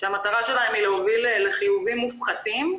שהמטרה שלהם היא להוביל לחיובים מופחתים.